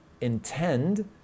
intend